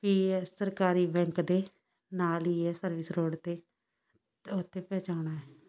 ਪੀ S ਸਰਕਾਰੀ bank ਦੇ ਨਾਲ ਹੀ ਹੈ ਸਰਵਿਸ ਰੋਡ 'ਤੇ ਉੱਥੇ ਪਹੁੰਚਾਉਣਾ ਹੈ